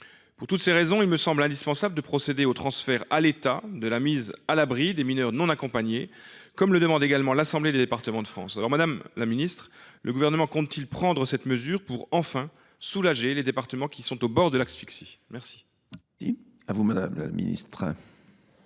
Pour toutes ces raisons, il me semble indispensable de procéder au transfert à l’État de la mise à l’abri des mineurs non accompagnés, comme le demande également l’association Départements de France. Madame la ministre, le Gouvernement compte t il prendre cette mesure, pour enfin soulager les départements au bord de l’asphyxie ? La